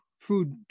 food